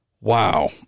Wow